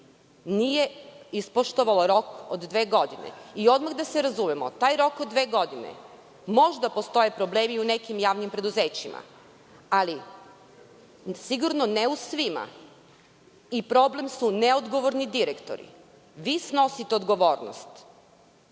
nije ispoštovalo rok od dve godine? Odmah da se razumemo, taj rok od dve godine, možda postoje problemi u nekim javnim preduzećima, ali sigurno ne u svim preduzećima i problem su neodgovorni direktori. Vi snosite odgovornost